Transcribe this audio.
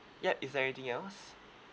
yup is there anything else